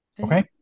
Okay